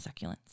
succulents